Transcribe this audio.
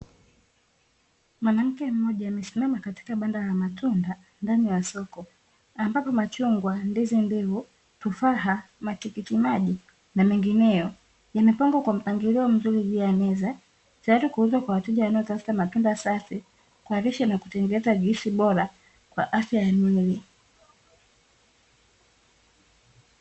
Mwanamke mmoja amesimama katika banda la matunda ndani ya soko, ambapo: machungwa, ndizi mbivu, tufaha, matikiti maji na mengineyo; yamepangwa kwa mpangilio mzuri juu ya meza tayari kuuzwa kwa wateja wanaotafuta matunda safi kwa lishe na kutengeneza juisi bora kwa afya ya mwili.